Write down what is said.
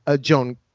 Joan